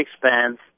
expands